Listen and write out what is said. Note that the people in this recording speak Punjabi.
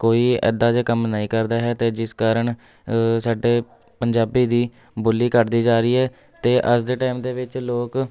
ਕੋਈ ਇੱਦਾਂ ਦੇ ਕੰਮ ਨਹੀਂ ਕਰਦਾ ਹੈ ਅਤੇ ਜਿਸ ਕਾਰਨ ਸਾਡੇ ਪੰਜਾਬੀ ਦੀ ਬੋਲੀ ਘੱਟਦੀ ਜਾ ਰਹੀ ਹੈ ਅਤੇ ਅੱਜ ਦੇ ਟਾਈਮ ਦੇ ਵਿੱਚ ਲੋਕ